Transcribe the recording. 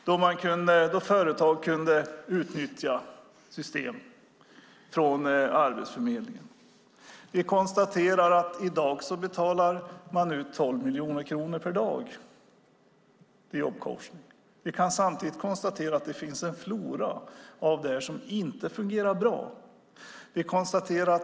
Det visade sig att företag kunde utnyttja system från Arbetsförmedlingen. I dag betalar man ut 12 miljoner kronor per dag för jobbcoachning. Vi kan samtidigt konstatera att det finns en flora av detta som inte fungerar bra.